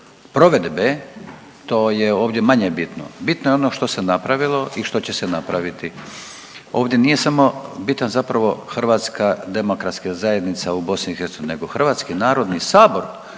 provedbe, to je ovdje manje bitno, bitno je ono što se napravilo i što će se napraviti. Ovdje nije samo bitan zapravo HDZ u BiH nego Hrvatski narodni sabor